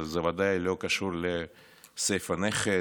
וזה ודאי לא קשור לסעיף הנכד.